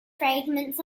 fragments